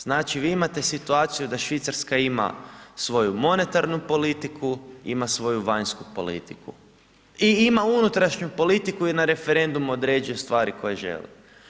Znači vi situaciju da Švicarska ima svoju monetarnu politiku, ima svoju vanjsku politiku i ima unutrašnju politiku jer na referendumu određuje stvari koje želi.